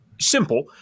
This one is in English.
simple